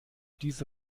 diese